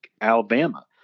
Alabama